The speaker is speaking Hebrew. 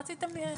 מה רציתן?